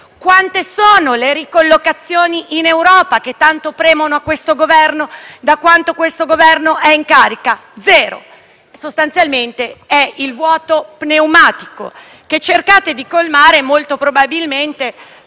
Quante sono le ricollocazioni in Europa, che tanto premono a questo Governo, da quando è in carica? Zero. Sostanzialmente è il vuoto pneumatico, che voi cercate di colmare, molto probabilmente,